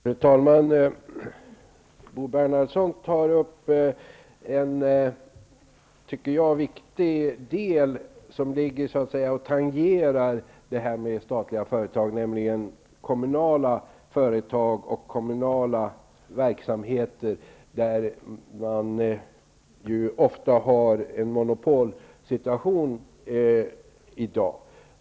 Fru talman! Bo Bernhardsson tar upp en som jag tycker viktig fråga som tangerar frågan om statliga företag, nämligen kommunala företag och kommunala verksamheter. Där är det ofta en monopolsituation i dag.